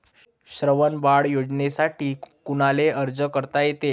श्रावण बाळ योजनेसाठी कुनाले अर्ज करता येते?